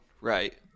right